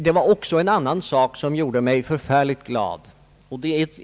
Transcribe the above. Det var också en annan sak som gjorde mig fantastiskt glad.